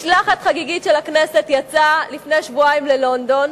משלחת חגיגית של הכנסת יצאה לפני שבועיים ללונדון,